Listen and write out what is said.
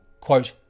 Quote